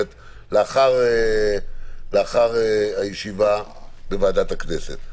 לאחר הישיבה בוועדת הכנסת.